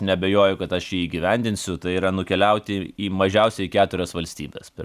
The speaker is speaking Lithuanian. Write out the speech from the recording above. neabejoju kad aš jį įgyvendinsiu tai yra nukeliauti į į mažiausiai keturias valstybes per